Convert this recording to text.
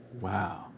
Wow